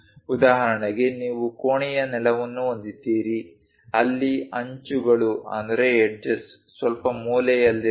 ಉದಾಹರಣೆಗೆ ನೀವು ಕೋಣೆಯ ನೆಲವನ್ನು ಹೊಂದಿದ್ದೀರಿ ಅಲ್ಲಿ ಅಂಚುಗಳು ಸ್ವಲ್ಪ ಮೂಲೆಯಲ್ಲಿರುತ್ತವೆ